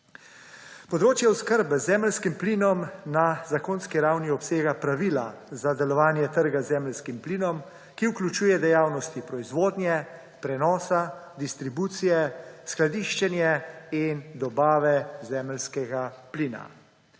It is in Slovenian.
Področje oskrbe z zemeljskim plinom na zakonski ravni obsega pravila za delovanje trga z zemeljskim plinom, ki vključuje dejavnosti proizvodnje, prenosa, distribucije, skladiščenja in dobave zemeljskega plina.